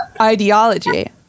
ideology